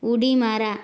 उडी मारा